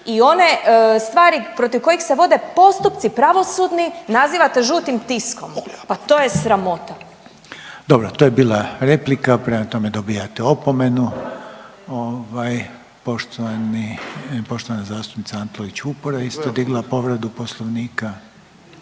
i one stvari protiv kojih se vode postupci pravosudni nazivate žutim tiskom. Pa to je sramota. **Reiner, Željko (HDZ)** Dobro, to je bila replika, prema tome dobijate opomenu. Ovaj poštovani, poštovana zastupnica Antolić Vupora isto digla povredu Poslovnika.